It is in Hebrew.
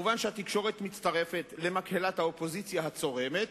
התקשורת מצטרפת כמובן למקהלת האופוזיציה הצורמת,